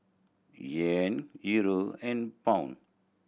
Yen Euro and Pound